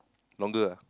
longer ah